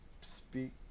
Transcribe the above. Speak